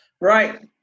Right